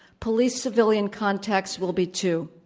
police civilian contacts will be too.